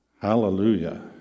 Hallelujah